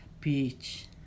beach